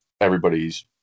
everybody's